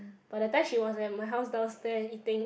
but that time she was at my house downstairs eating